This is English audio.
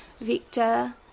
Victor